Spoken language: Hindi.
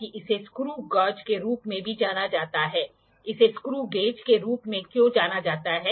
तो यह एक एंगल मापने वाला उपकरण है जो 5 के भीतर एंगलों को मापने में सक्षम है